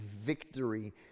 victory